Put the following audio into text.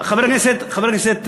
חבר הכנסת רוזנטל,